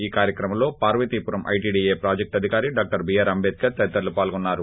ఈ కార్యక్రమంలో Parvathipuram ITDA project అధికారి డాక్టర్ బిఆర్ అంటేద్కర్ తదితరులు పాల్గొన్నారు